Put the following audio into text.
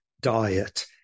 diet